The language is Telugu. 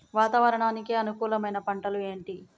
వాతావరణానికి అనుకూలమైన పంటలు ఏంటి?